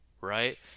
right